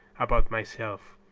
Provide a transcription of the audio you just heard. about myself.